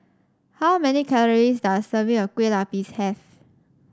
how many calories does a serving of Kueh Lapis have